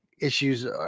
issues